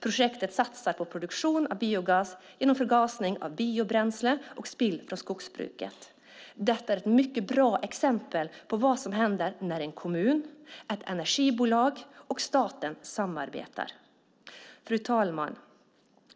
Projektet satsar på produktion av biogas genom förgasning av biobränsle och spill från skogsbruket. Detta är ett mycket bra exempel på vad som händer när en kommun, ett energibolag och staten samarbetar. Fru talman!